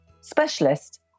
Specialist